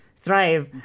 thrive